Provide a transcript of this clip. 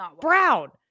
brown